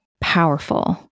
powerful